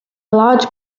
large